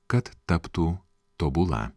kad taptų tobula